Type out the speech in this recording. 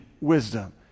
wisdom